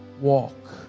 walk